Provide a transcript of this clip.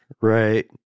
right